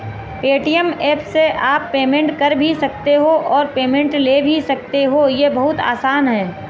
Paytm app से आप payment कर भी सकते हो और पेमेंट ले भी सकते हो, ये बहुत आसान है